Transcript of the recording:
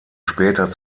später